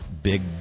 big